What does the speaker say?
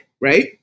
right